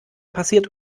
passiert